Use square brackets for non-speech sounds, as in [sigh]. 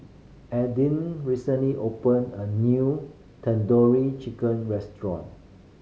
[unintelligible] recently opened a new Tandoori Chicken Restaurant